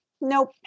Nope